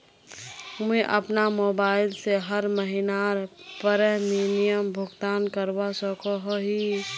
मुई अपना मोबाईल से हर महीनार प्रीमियम भुगतान करवा सकोहो ही?